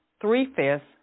three-fifths